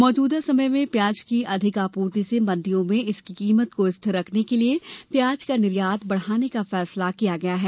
मौजूदा समय में प्याज की अधिक आपूर्ति से मंडियों में इसकी कीमत को स्थिर रखने के लिए प्याज का निर्यात बढ़ाने का फैसला किया गया है